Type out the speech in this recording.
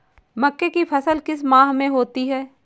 मक्के की फसल किस माह में होती है?